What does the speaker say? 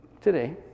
Today